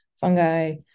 fungi